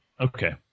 okay